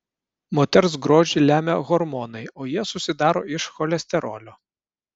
moters grožį lemia hormonai o jie susidaro iš cholesterolio